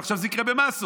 ועכשיו זה יקרה במאסות.